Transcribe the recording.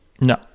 No